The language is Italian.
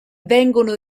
vengono